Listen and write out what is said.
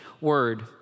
word